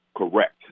Correct